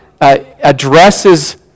addresses